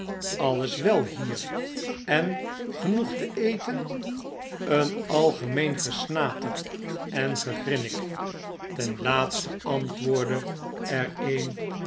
alles wel hier en genoeg te eten een algemeen gesnater en gefrinnik ten laatste antwoordde er een